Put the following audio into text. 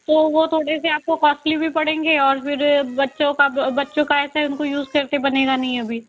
तो वो थोड़े से आपको कॉस्टली भी पड़ेंगे और फिर बच्चों का बच्चों का ऐसा है उनको यूज़ करते बनेगा नहीं अभी